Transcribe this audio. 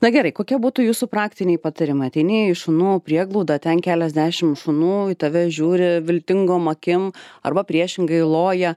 na gerai kokie būtų jūsų praktiniai patarimai ateini į šunų prieglaudą ten keliasdešim šunų į tave žiūri viltingom akim arba priešingai loja